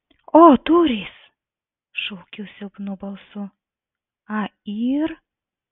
o durys šaukiu silpnu balsu a yr